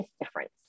difference